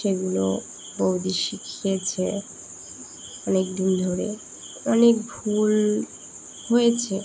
সেগুলো বৌদি শিখিয়েছে অনেক দিন ধরে অনেক ভুল হয়েছে